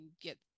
get